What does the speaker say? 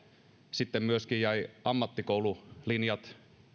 sitten myöskin jäivät ammattikoululinjat